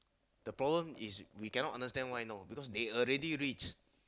the problem is we cannot understand why now because they already reach